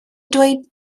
dweud